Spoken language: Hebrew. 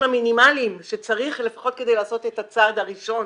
המינימליים שצריך לפחות כדי לעשות את הצעד הראשון.